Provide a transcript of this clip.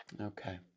Okay